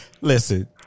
listen